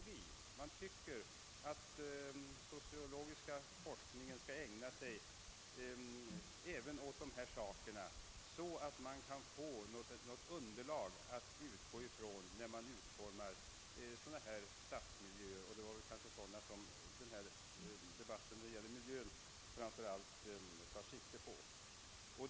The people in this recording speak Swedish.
Det anses att den sociologiska forskningen skall ägna sig även åt dessa saker, så att man kan få ett underlag på vilket man kan bygga när man utformar sådana stadsmiljöer, som väl denna debatt framför allt tar sikte på.